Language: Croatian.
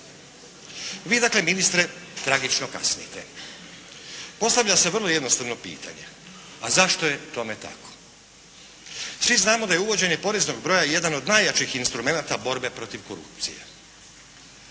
Vi dakle ministre tragično kasnite. Postavlja se vrlo jednostavno pitanje a zašto je tome tako. Svi znamo da je uvođenje poreznog broja jedan od najjačih instrumenata borbe protiv korupcije.